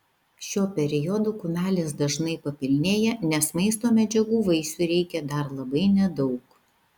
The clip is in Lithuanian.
šiuo periodu kumelės dažnai papilnėja nes maisto medžiagų vaisiui reikia dar labai nedaug